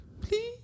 Please